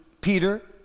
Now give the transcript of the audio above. Peter